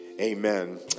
Amen